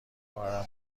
کارم